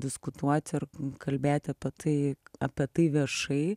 diskutuoti ar kalbėti apie tai apie tai viešai